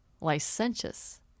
licentious